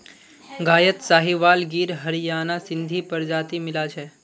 गायत साहीवाल गिर हरियाणा सिंधी प्रजाति मिला छ